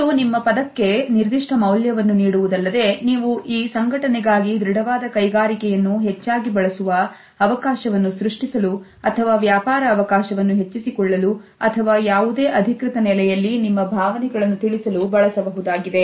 ಇದು ನಿಮ್ಮ ಪದಕ್ಕೆ ನಿರ್ದಿಷ್ಟ ಮೌಲ್ಯವನ್ನು ನೀಡುವುದಲ್ಲದೆ ನೀವು ಈ ಸಂಘಟನೆಗಾಗಿ ದೃಢವಾದ ಕೈಗಾರಿಕೆಯನ್ನು ಹೆಚ್ಚಾಗಿ ಬಳಸುವ ಅವಕಾಶವನ್ನು ಸೃಷ್ಟಿಸಲು ಅಥವಾ ವ್ಯಾಪಾರ ಅವಕಾಶವನ್ನು ಹೆಚ್ಚಿಸಿಕೊಳ್ಳಲು ಅಥವಾ ಯಾವುದೇ ಅಧಿಕೃತ ನೆಲೆಯಲ್ಲಿ ನಿಮ್ಮ ಭಾವನೆಗಳನ್ನು ತಿಳಿಸಲು ಬಳಸಬಹುದಾಗಿದೆ